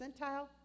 percentile